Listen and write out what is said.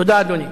תודה, אדוני.